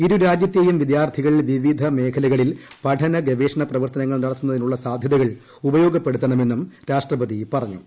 ഇരുരാജ്യത്തെയും വിദ്യാർത്ഥികൾ വിവിധ മേഖലകളിൽ ഗവേഷണ പ്രവർത്തനങ്ങൾ നടത്തുന്നതിനുള്ള സാധ്യതകൾ ഉപയോഗപ്പെടുത്തണമെന്നും രാഷ്ട്രപതി പറഞ്ഞു